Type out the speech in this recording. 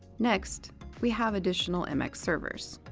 next, we have additional mx servers.